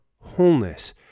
wholeness